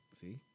See